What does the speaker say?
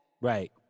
Right